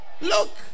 Look